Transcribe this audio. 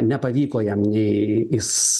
nepavyko jam nei jis